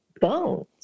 bones